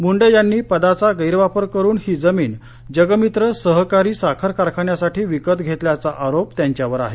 मुंडे यांनी पदाचा गैरवापर करुन ही जमीन जगमित्र सहकारी साखर कारखान्यासाठी विकत घेतल्याचा आरोप त्यांच्यावर आहे